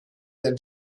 than